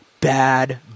bad